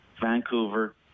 Vancouver